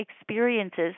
experiences